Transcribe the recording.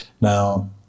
Now